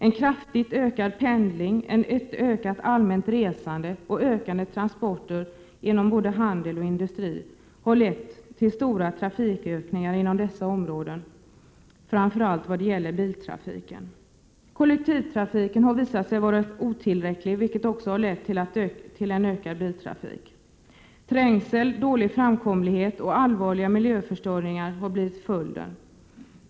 En kraftigt ökad pendling, ett ökat allmänt resande och ökat antal transporter inom handel och industri har lett till en omfattande trafik inom dessa områden, framför allt biltrafik. Kollektivtrafiken har visat sig otillräcklig, vilket också har lett till ökad biltrafik. Trängsel, dålig framkomlighet och allvarliga miljöförstöringar har blivit följden.